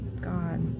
God